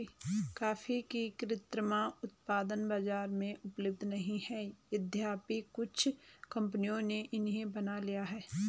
coffee के कृत्रिम उत्पाद बाजार में उपलब्ध नहीं है यद्यपि कुछ कंपनियों ने इन्हें बना लिया है